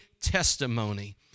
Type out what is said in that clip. testimony